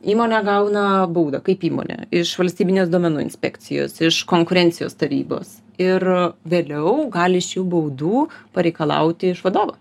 įmonė gauna baudą kaip įmonė iš valstybinės duomenų inspekcijos iš konkurencijos tarybos ir vėliau gali šių baudų pareikalauti iš vadovo